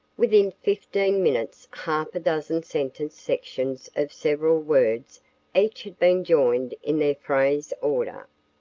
within fifteen minutes half a dozen sentence sections of several words each had been joined in their phrase order.